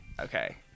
Okay